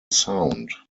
sound